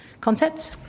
concepts